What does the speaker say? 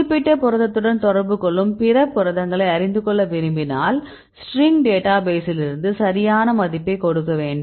குறிப்பிட்ட புரதத்துடன் தொடர்பு கொள்ளும் பிற புரதங்களை அறிந்துகொள்ள விரும்பினால் ஸ்ட்ரிங் டேட்டாபேசிலிருந்து சரியான மதிப்பைக் கொடுக்க வேண்டும்